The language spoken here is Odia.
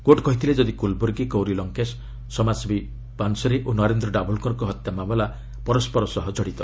କୋର୍ଟ କହିଥିଲେ ଯଦି କଲ୍ବୂର୍ଗି ଗୌରୀ ଲଙ୍କେଶ୍ ସମାଜସେବୀ ପାନସରେ ଓ ନରେନ୍ଦ୍ର ଡାବୋଲ୍କରଙ୍କ ହତ୍ୟା ମାମଲା ପରସ୍କର ସହ କଡ଼ିତ